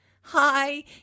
Hi